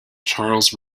charles